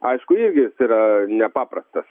aišku irgi jis yra nepaprastas